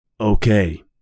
Okay